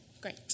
Great